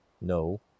No